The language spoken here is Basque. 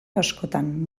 askotan